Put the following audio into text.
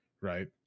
right